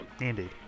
Andy